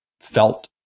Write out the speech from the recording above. felt